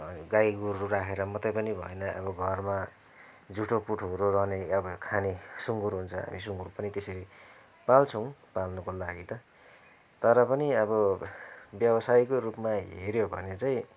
गाई गोरू राखेर मात्रै पनि भएन अब घरमा जुठो पुठोहरू रहने खाने अब सुँगुर हुन्छ हामी सुँगुर पनि त्यसरी पाल्छौँ पाल्नको लागि त तर पनि अब व्यवसायको रूपमा हेऱ्यो भने चाहिँ